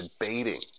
debating